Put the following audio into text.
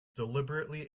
deliberately